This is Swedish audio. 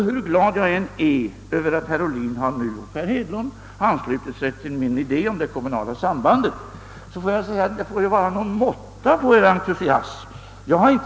Hur glad jag än är över att herr Ohlin och herr Hedlund nu har anslutit sig till min idé om det kommunala sambandet får jag säga att det får väl vara någon måtta på er entusiasm.